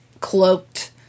cloaked